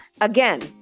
Again